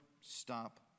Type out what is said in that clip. stop